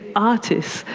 artists,